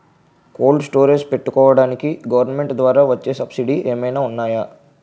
Cold storage పెట్టుకోడానికి government ద్వారా వచ్చే సబ్సిడీ ఏమైనా ఉన్నాయా?